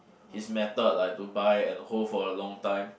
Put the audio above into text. his method like to buy and hold for a long time